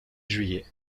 juillet